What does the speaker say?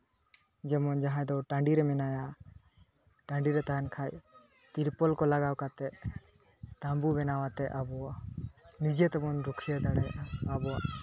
ᱡᱮᱢᱚᱱ ᱡᱟᱦᱟᱸᱭ ᱫᱚ ᱴᱟᱺᱰᱤ ᱨᱮ ᱢᱮᱱᱟᱭᱟ ᱴᱟᱺᱰᱤ ᱨᱮ ᱛᱟᱦᱮᱱ ᱠᱷᱟᱡ ᱛᱨᱯᱚᱞ ᱠᱚ ᱞᱟᱜᱟᱣ ᱠᱟᱛᱮ ᱛᱟᱺᱵᱩ ᱵᱮᱱᱟᱣ ᱟᱛᱮ ᱟᱵᱚ ᱱᱤᱡᱮ ᱛᱮᱵᱚᱱ ᱨᱩᱠᱷᱤᱭᱟᱹ ᱫᱟᱲᱮᱭᱟᱜᱼᱟ ᱟᱵᱚᱣᱟᱜ